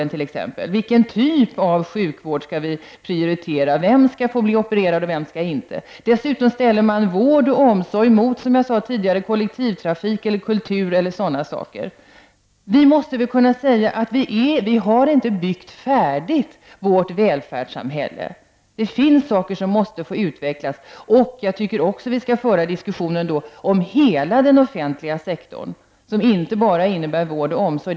Man ställer frågan om vilken typ av sjukvård som skall prioriteras, vem som skall få bli opererad och vem som inte skall få bli det. Dessutom ställs vård och omsorg mot kollektivtrafik, kultur, osv. Vi måste väl kunna säga att vi inte har byggt färdigt vårt välfärdssamhälle utan att det finns saker som måste få utvecklas. Jag tycker också att vi skall föra en diskussion om hela den offentliga sektorn. Det innebär inte bara vård och omsorg.